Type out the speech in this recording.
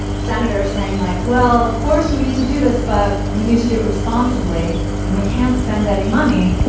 senator, saying like, well, of course, we need to do this, but we need to do it responsibly and we can't spend any money.